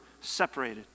separated